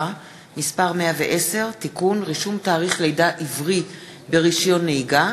(מס' 110) (תיקון) (רישום תאריך לידה עברי ברישיון נהיגה,